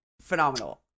Phenomenal